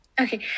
Okay